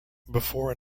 before